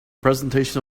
presentation